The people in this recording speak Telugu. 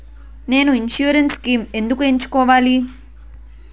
నేను ఇన్సురెన్స్ స్కీమ్స్ ఎందుకు ఎంచుకోవాలి?